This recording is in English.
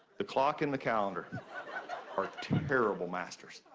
the clock and the calendar are terrible masters.